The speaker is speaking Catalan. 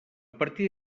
partir